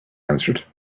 answered